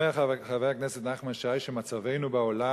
אומר חבר הכנסת נחמן שי שמצבנו בעולם,